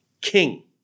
king